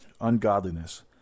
ungodliness